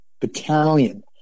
Battalion